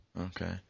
Okay